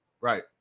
Right